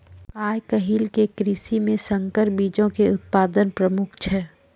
आइ काल्हि के कृषि मे संकर बीजो के उत्पादन प्रमुख छै